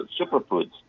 superfoods